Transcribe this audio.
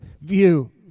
view